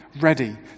ready